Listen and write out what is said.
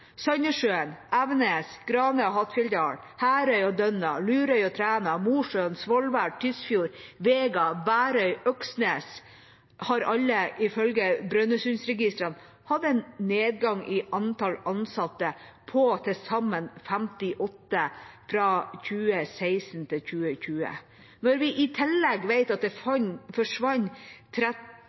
Evenes, Grane og Hattfjelldal, Herøy og Dønna, Lurøy og Træna, Mosjøen, Svolvær, Tysfjord, Vega, Værøy og Øksnes har alle, ifølge Brønnøysundregistrene, hatt en nedgang i antall ansatte på til sammen 58 fra 2016 til 2020. Når vi i tillegg vet at det forsvant